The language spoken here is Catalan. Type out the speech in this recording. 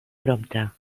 prompte